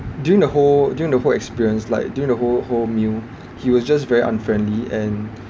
during the whole during the whole experience like during the whole whole meal he was just very unfriendly and